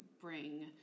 bring